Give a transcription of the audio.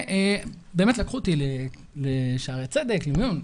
באמת, לקחו אותי לשערי צדק, למיון.